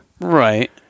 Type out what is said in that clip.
Right